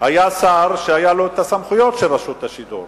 היה שר שהיו לו הסמכויות של רשות השידור,